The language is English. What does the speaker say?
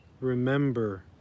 remember